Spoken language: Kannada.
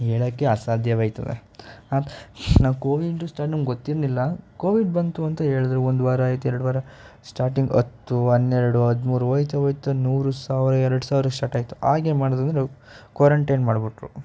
ಹೇಳೋಕ್ಕೆ ಅಸಾಧ್ಯವಾಗ್ತದೆ ಹಾಂ ನಾವು ಕೋವಿಡು ಸ್ಟಾಟ್ ನಮ್ಗೆ ಗೊತ್ತಿರಲಿಲ್ಲ ಕೋವಿಡ್ ಬಂತು ಅಂತ ಹೇಳಿದ್ರು ಒಂದು ವಾರ ಆಯಿತು ಎರಡು ವಾರ ಸ್ಟಾರ್ಟಿಂಗ್ ಹತ್ತು ಹನ್ನೆರಡು ಹದ್ಮೂರು ಹೋಯ್ತ ಹೋಯ್ತಾ ನೂರು ಸಾವಿರ ಎರಡು ಸಾವಿರ ಸ್ಟಾರ್ಟಾಯಿತು ಹಾಗೆ ಮಾಡೋದೆಂದ್ರೆ ಕ್ವಾರಂಟೈನ್ ಮಾಡಿಬಿಟ್ರು